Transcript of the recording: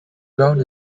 ground